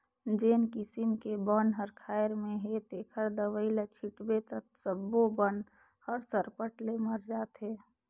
जेन किसम के बन हर खायर में हे तेखर दवई ल छिटबे त सब्बो बन हर सरपट ले मर जाथे